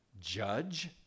judge